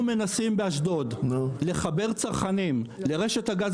אנחנו מנסים באשדוד לחבר צרכנים לרשת הגז